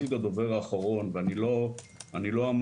אני חושב ששתי התופעות הבולטות שחשוב